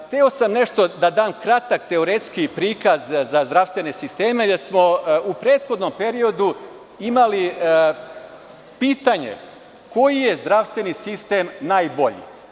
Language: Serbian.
Hteo sam da dam kratak teoretski prikaz za zdravstvene sisteme, gde smo u prethodnom periodu imali pitanje koji je zdravstveni sistem najbolji?